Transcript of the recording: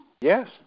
Yes